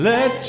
Let